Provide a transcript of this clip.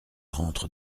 rentre